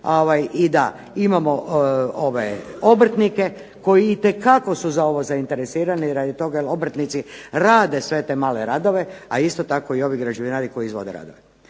i da imamo obrtnike koji su itekako za ovo zainteresirani radi toga jer obrtnici rade sve te male radove, a isto tako i ovi građevinari koji izvode radove.